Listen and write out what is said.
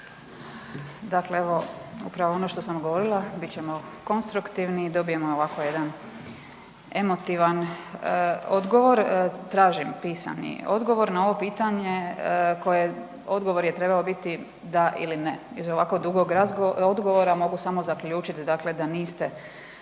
Dakle, evo, upravo ono što sam govorila, bit ćemo konstruktivni. Dobijemo ovako jedan emotivan odgovor. Tražim pisani odgovor na ovo pitanje, koje odgovor je trebao biti da ili ne. Iz ovako dugog odgovora mogu samo zaključiti dakle